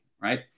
right